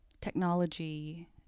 technology